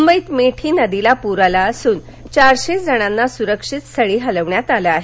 मुंबईत मिठी नदीला पूर आला असून चारशे जणांना सूरक्षित स्थळी हलवण्यात आलं आहे